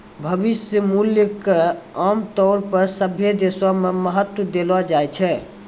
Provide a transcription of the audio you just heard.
भविष्य मूल्य क आमतौर पर सभ्भे देशो म महत्व देलो जाय छै